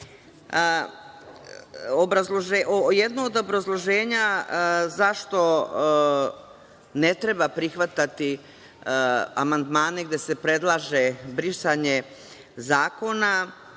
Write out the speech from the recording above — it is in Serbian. od obrazloženja zašto ne treba prihvatati amandmane gde se predlaže brisanje zakona